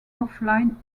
offline